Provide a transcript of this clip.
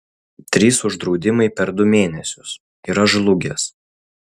trys uždraudimai per du mėnesius ir aš žlugęs